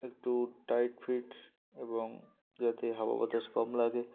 একটু tight fit এবং যাতে হাওয়া বাতাস কম লাগে